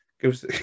gives